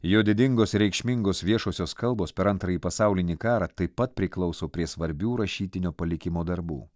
jo didingos ir reikšmingos viešosios kalbos per antrąjį pasaulinį karą taip pat priklauso prie svarbių rašytinio palikimo darbų